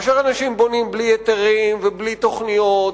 כאשר אנשים בונים בלי היתרים ובלי תוכניות